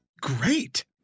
great